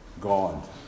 God